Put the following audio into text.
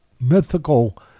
mythical